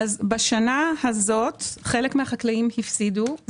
בשנה הזאת חלק מן החקלאים הפסידו.